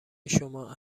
شما